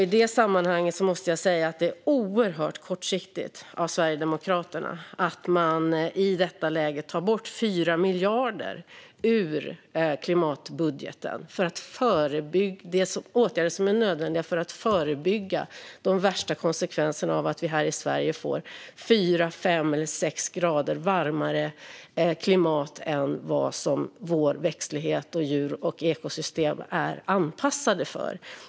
I det sammanhanget måste jag säga att det är oerhört kortsiktigt av Sverigedemokraterna att i detta läge ta bort 4 miljarder ur klimatbudgeten, de åtgärder som är nödvändiga för att förebygga de värsta konsekvenserna av att vi här i Sverige får fyra, fem eller sex grader varmare klimat än vad växtlighet, djur och ekosystem är anpassade för.